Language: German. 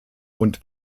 und